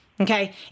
Okay